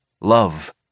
Love